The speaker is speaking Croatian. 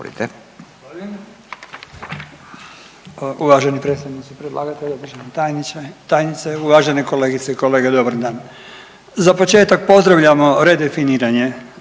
Hvala.